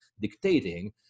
dictating